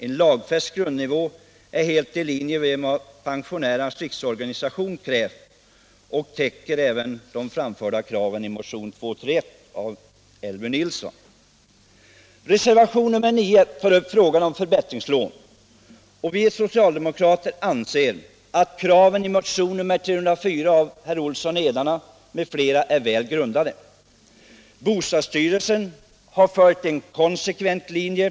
En lagfäst grundnivå är helt i linje med vad Pensionärernas riksorganisation krävt och täcker även de av Elvy Nilsson m.fl. i motionen 231 framförda kraven. Reservationen 9 tar upp frågan om förbättringslån. Vi socialdemokrater anser att kraven i motionen 304 av herr Olsson i Edane m.fl. är väl grundade. Bostadsstyrelsen har följt en konsekvent linje.